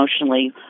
emotionally